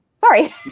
Sorry